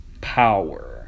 power